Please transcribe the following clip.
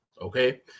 okay